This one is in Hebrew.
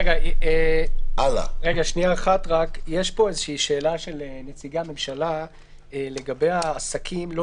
יש פה שאלה של נציגי ממשלה לגבי העסקים לא